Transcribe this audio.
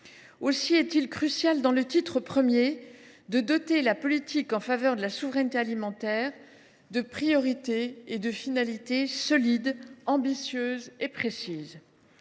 Aussi est il crucial, au titre I, de doter la politique en faveur de la souveraineté alimentaire de priorités et de finalités solides, ambitieuses et précises.